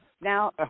now